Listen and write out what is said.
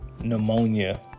pneumonia